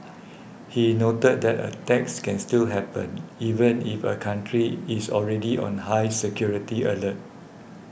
he noted that attacks can still happen even if a country is already on high security alert